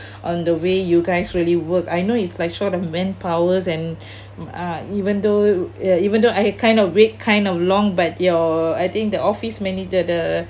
on the way you guys really work I know it's like short of manpower and uh even though ya even though I kind of wait kind of long but your I think the office manager the